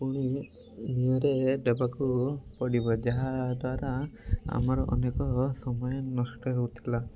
ପୁଣି ମୁହଁରେ ଦେବାକୁ ପଡ଼ିବ ଯାହାଦ୍ୱାରା ଆମର ଅନେକ ସମୟ ନଷ୍ଟ ହେଉଥିଲା